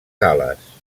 gal·les